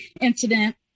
incident